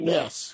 Yes